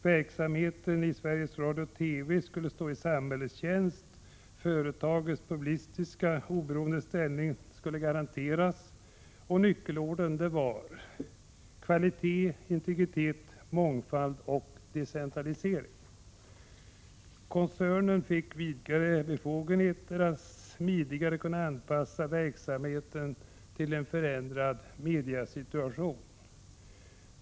Verksamheten i Sveriges Radio/TV skulle stå i samhällets tjänst. Företagets publicistiska oberoende ställning skulle garanteras. Nyckelorden var: Kvalitet, integritet, mångfald och decentralisering. Koncernen fick vidgade befogenheter för att smidigare kunna anpassa verksamheten till en förändrad mediasituation.